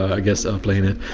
i guess ah playin' it.